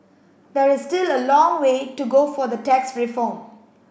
there is still a long way to go for the tax reform